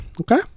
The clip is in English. okay